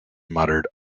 muttered